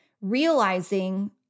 realizing